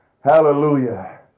Hallelujah